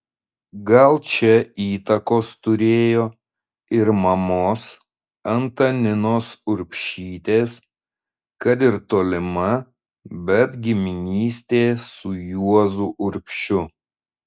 gal čia įtakos turėjo ir mamos antaninos urbšytės kad ir tolima bet giminystė su juozu urbšiu